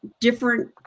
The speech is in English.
different